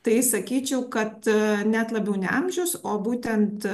tai sakyčiau kad net labiau ne amžius o būtent